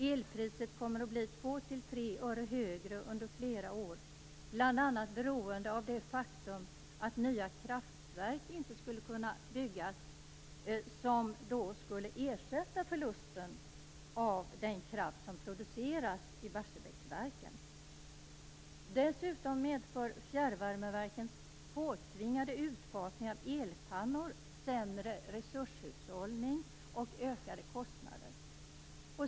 Elpriset kommer att bli 2-3 öre högre under flera år, bl.a. beroende på det faktum att nya kraftverk inte hinner byggas som kan ersätta förlusten av den kraft som produceras i Barsebäcksverken. Dessutom medför fjärrvärmeverkens påtvingade utfasning av elpannor sämre resurshållning och ökade kostnader.